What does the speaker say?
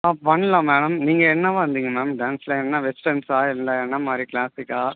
ஆ பண்ணலாம் மேடம் நீங்கள் என்னவாக இருந்தீங்க மேம் டேன்ஸில் என்ன வெஸ்டெர்ன்ஸா இல்லை என்னமாதிரி க்ளாஸிக்கா